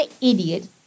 idiot